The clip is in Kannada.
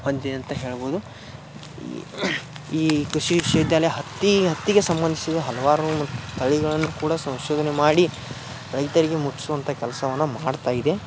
ಹೊಂದಿದೆ ಅಂತ ಹೇಳ್ಬೋದು ಈ ಕೃಷಿ ವಿಶ್ವ ವಿದ್ಯಾಲಯ ಹತ್ತಿ ಹತ್ತಿಗೆ ಸಂಬಂಧಿಸಿದ ಹಲವಾರು ತಳಿಗಳನ್ನು ಕೂಡ ಸಂಶೋಧನೆ ಮಾಡಿ ರೈತರಿಗೆ ಮುಟ್ಟಿಸುವಂಥ ಕೆಲಸವನ್ನ ಮಾಡ್ತಾ ಇದೆ